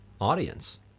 audience